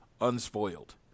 unspoiled